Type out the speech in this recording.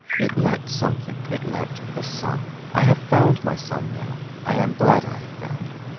it lacked something, it lacked a son. i have found my son now, i am glad i have found him.